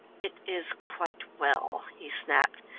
it is quite well, he snapped,